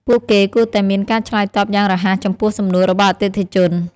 ពួកគេគួរតែមានការឆ្លើយតបយ៉ាងរហ័សចំពោះសំណួររបស់អតិថិជន។